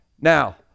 Now